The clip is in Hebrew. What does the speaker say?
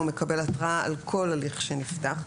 הוא מקבל התראה על כל הליך שנפתח.